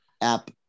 app